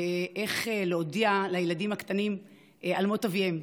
איך להודיע לילדים הקטנים על מות אביהם,